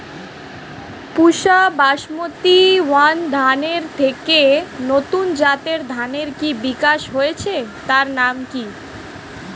পুসা basmati one ধানের থেকে নতুন জাতের ধানের যে বিকাশ হয়েছে তার নাম কি?